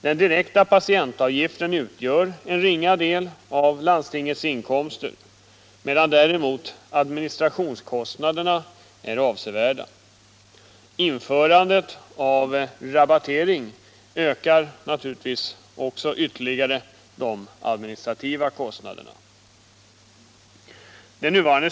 Den direkta patientavgiften utgör en ringa del av landstingens inkomster, medan däremot administrationskostnaderna är avsevärda. Införandet av rabattering ökar naturligtvis ytterligare de administrativa kostnaderna.